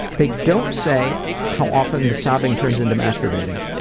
they don't say how often the sobbing turns into masturbating.